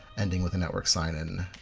ending with the network sign-in,